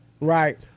Right